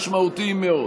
משמעותיים מאוד.